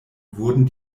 wurden